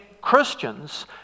Christians